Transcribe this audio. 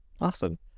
Awesome